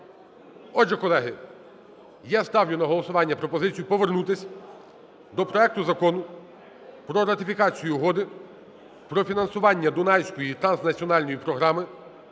Отже, колеги, я ставлю на голосування пропозицію повернутися до проекту Закону про ратифікацію Угоди про фінансування Дунайської транснаціональної програми